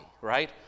right